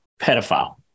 pedophile